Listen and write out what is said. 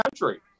country